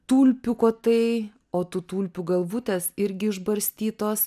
tulpių kotai o tų tulpių galvutės irgi išbarstytos